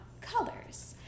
colors